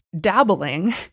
dabbling